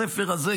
הספר הזה,